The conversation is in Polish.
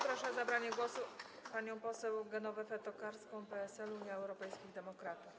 Proszę o zabranie głosu panią poseł Genowefę Tokarską, PSL - Unia Europejskich Demokratów.